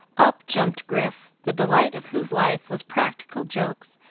up jumped grif, the delight of whose life was practical jokes,